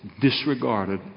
disregarded